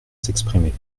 s’exprimer